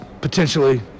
potentially